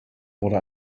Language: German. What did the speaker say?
wurde